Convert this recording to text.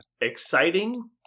exciting